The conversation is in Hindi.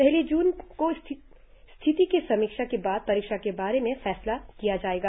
पहली जून को स्थिति की समीक्षा के बाद परीक्षा के बारे में फैसला किया जायेगा